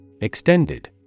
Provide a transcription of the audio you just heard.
Extended